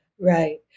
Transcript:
Right